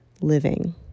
living